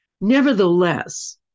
Nevertheless